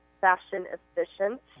fashion-efficient